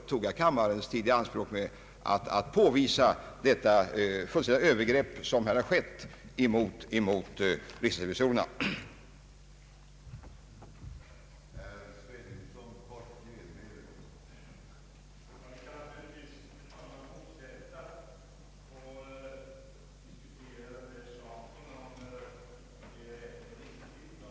Jag tog därför kammarens tid i anspråk med att påvisa detta obalanserade övergrepp som har skett mot riksdagens revisorer och deras kansli.